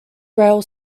rail